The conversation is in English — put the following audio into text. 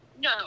No